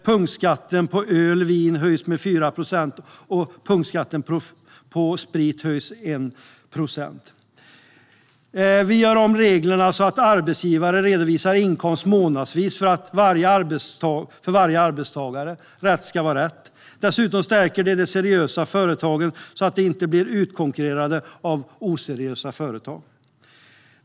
Punktskatten på öl och vin höjs med 4 procent och på sprit med 1 procent. Vi gör om reglerna så att arbetsgivare redovisar inkomst månadsvis för varje arbetstagare. Rätt ska vara rätt. Dessutom stärker det de seriösa företagen så att de inte blir utkonkurrerade av oseriösa företag.